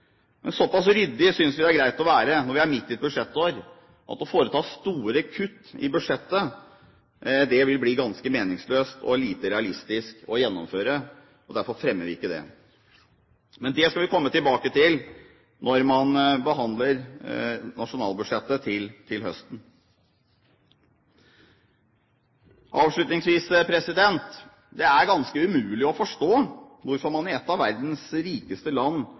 Men såpass ryddige synes vi det er greit å være når vi er midt i et budsjettår. Å foreta store kutt i budsjettet vil bli ganske meningsløst og lite realistisk å gjennomføre, og derfor fremmer vi ikke det. Men det skal vi komme tilbake til når vi behandler nasjonalbudsjettet til høsten. Avslutningsvis: Det er ganske umulig å forstå hvorfor man i et av verdens rikeste land